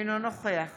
אינו נוכח